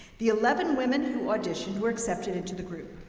the eleven women who auditioned were accepted into the group.